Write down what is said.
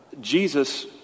Jesus